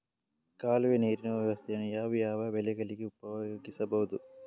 ಕಾಲುವೆ ನೀರಿನ ವ್ಯವಸ್ಥೆಯನ್ನು ಯಾವ್ಯಾವ ಬೆಳೆಗಳಿಗೆ ಉಪಯೋಗಿಸಬಹುದು?